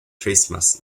christmas